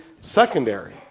secondary